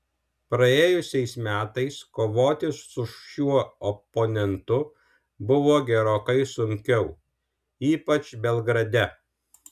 praėjusiais metais kovoti su šiuo oponentu buvo gerokai sunkiau ypač belgrade